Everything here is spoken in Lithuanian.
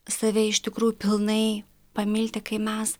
save iš tikrųjų pilnai pamilti kai mes